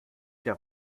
der